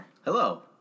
Hello